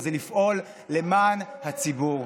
וזה לפעול למען הציבור.